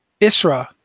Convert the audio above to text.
Isra